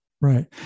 Right